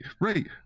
right